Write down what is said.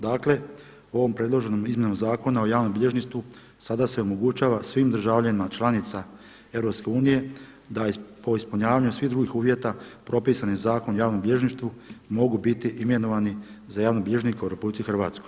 Dakle, ovom predloženom izmjenom Zakona o javnom bilježništvu sada se omogućava svim državljanima članica EU da po ispunjavanju svih drugih uvjeta propisani Zakon o javnom bilježništvu mogu biti imenovani za javnog bilježnika u RH.